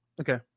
okay